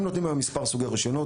הם נותנים היום מספר סוגי רישיונות,